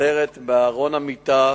ומוסתרת בארון המיטה,